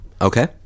Okay